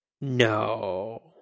No